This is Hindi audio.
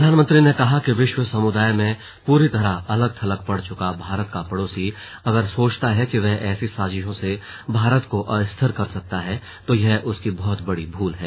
प्रधानमंत्री ने कहा कि विश्व समुदाय में पूरी तरह अलग थलग पड़ चुका भारत का पड़ोसी अगर सोचता है कि वह ऐसी साजिशों से भारत को अस्थिर कर सकता है तो यह उसकी बहत बड़ी भूल है